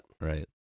right